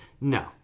No